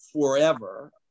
forever